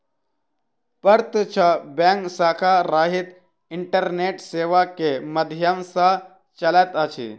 प्रत्यक्ष बैंक शाखा रहित इंटरनेट सेवा के माध्यम सॅ चलैत अछि